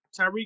Tyreek